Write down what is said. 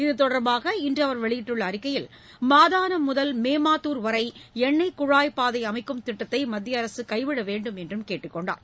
இதுதொடர்பாக இன்று அவர் வெளியிட்டுள்ள அறிக்கையில் மாதானம் முதல் மேமாத்தூர் வரை எண்ணெய் குழாய் பாதை அமைக்கும் திட்டத்தை மத்திய அரசு கைவிட வேண்டும் என்று கேட்டுக் கொண்டுள்ளார்